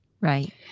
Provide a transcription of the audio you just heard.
Right